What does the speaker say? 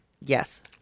Yes